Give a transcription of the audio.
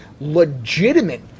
legitimate